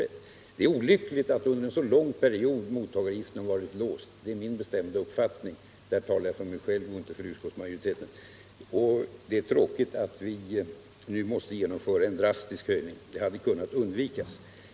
Det är min bestämda uppfattning att det är olyckligt att mottagaravgiften varit låst under en så lång period — jag talar på den punkten för mig själv och inte för utskottsmajoriteten — och det är tråkigt att vi nu måste genomföra en drastisk höjning. Det hade kunnat undvikas.